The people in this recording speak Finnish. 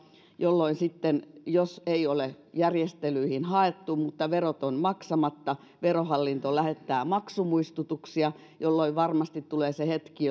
jolloin sitten jos ei ole järjestelyihin haettu mutta verot ovat maksamatta verohallinto lähettää maksumuistutuksia jolloin varmasti tulee se hetki